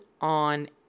on